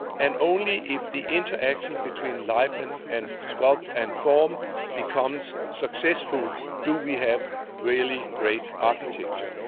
and only if the interaction between life and and sculpt and form becomes successful do we have really great architecture.